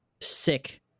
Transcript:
sick